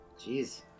Jeez